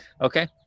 okay